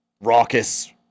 raucous